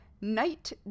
Night